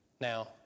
Now